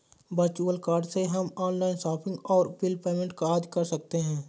virtual card से हम online shopping और बिल पेमेंट आदि कर सकते है